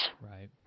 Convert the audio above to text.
Right